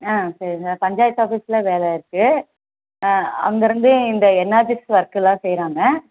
ஆ சரி சார் பஞ்சாயத்து ஆஃபிஸில் வேலை இருக்கு அங்கருந்து இந்த என் ஆஃபீஸ் ஒர்க்கலாம் செய்யுறாங்க